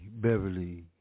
Beverly